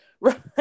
right